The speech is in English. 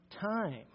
time